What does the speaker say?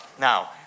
Now